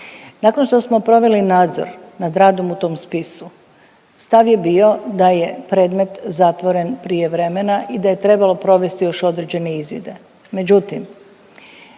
Nakon što smo proveli nadzor nad radom u tom spisu, stav je bio da je predmet zatvoren prije vremena i da je trebalo provesti još određene izvide.